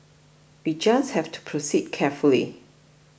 we just have to proceed carefully